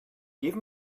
give